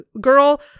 girl